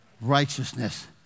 Righteousness